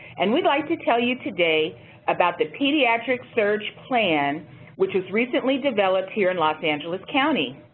and we'd like to tell you today about the pediatric surge plan which was recently developed here in los angeles county.